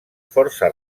força